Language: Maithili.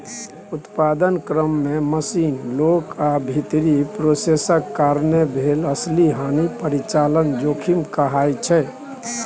उत्पादन क्रम मे मशीन, लोक आ भीतरी प्रोसेसक कारणेँ भेल असली हानि परिचालन जोखिम कहाइ छै